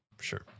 Sure